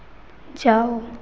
जाओ